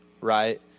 right